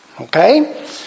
okay